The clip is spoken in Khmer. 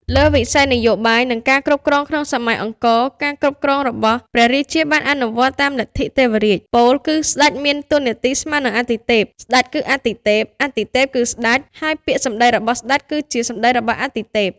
លើវិស័យនយោបាយ និងការគ្រប់គ្រងក្នុងសម័យអង្គរ ការគ្រប់គ្រងរបស់ព្រះរាជាបានអនុវត្តតាមលទ្ធិទេវរាជ ពោលគឺ ស្តេចមានតួនាទីស្មើនឹងអាទិទេព ស្តេចគឺអាទិទេព អាទិទេពគឺស្ដេច ហើយពាក្យសម្តីរបស់ស្ដេច គឺជាសម្តីរបស់អាទិទេព។